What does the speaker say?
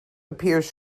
appears